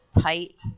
tight